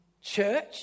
church